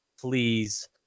please